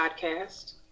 Podcast